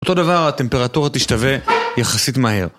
אותו דבר, הטמפרטורה תשתווה יחסית מהר.